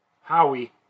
Howie